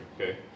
okay